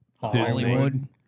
Hollywood